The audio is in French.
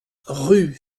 rue